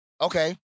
okay